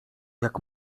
jak